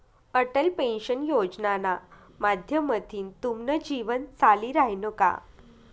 Atal pension योजनाना माध्यमथीन तुमनं जीवन चाली रायनं का?